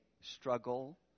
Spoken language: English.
struggle